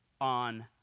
on